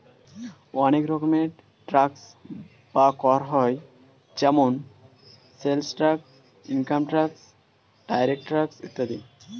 অনেক রকম ট্যাক্স বা কর হয় যেমন sales tax, income tax, direct tax ইত্যাদি